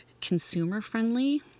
consumer-friendly